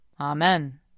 Amen